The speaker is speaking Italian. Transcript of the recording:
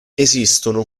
esistono